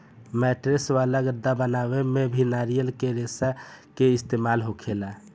mattress वाला गद्दा बनावे में भी नारियल के रेशा के इस्तेमाल होला